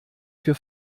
für